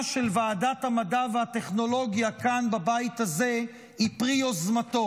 של ועדת המדע והטכנולוגיה כאן בבית הזה היא פרי יוזמתו.